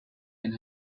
and